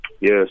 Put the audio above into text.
Yes